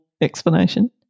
explanation